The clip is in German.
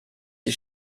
die